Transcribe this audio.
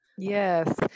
Yes